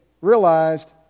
realized